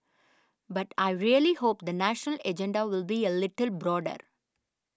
but I really hope the national agenda will be a little broader